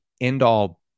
end-all